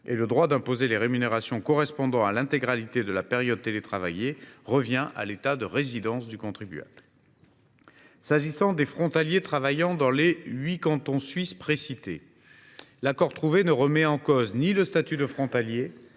et le droit d’imposer les rémunérations correspondant à l’intégralité de la période télétravaillée revient à l’État de résidence du contribuable. S’agissant des frontaliers travaillant dans les huit cantons suisses précités, l’accord trouvé ne remet en cause ni le statut de frontalier